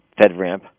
FedRAMP